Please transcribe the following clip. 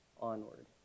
onward